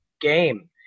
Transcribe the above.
game